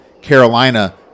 Carolina